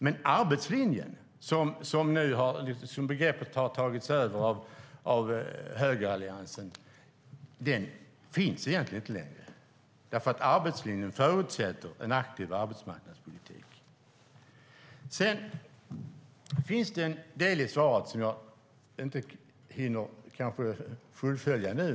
Men arbetslinjen - det begreppet har tagits över av högeralliansen - finns egentligen inte längre, för arbetslinjen förutsätter en aktiv arbetsmarknadspolitik. Sedan finns det en del i svaret som jag kanske inte hinner fullfölja nu.